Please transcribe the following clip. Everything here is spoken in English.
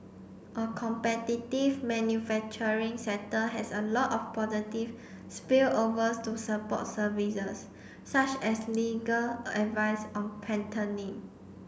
a competitive manufacturing sector has a lot of positive spillovers to support services such as legal advice on